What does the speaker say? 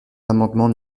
l’amendement